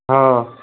हाँ